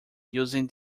using